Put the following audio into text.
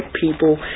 people